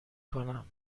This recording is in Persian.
کنم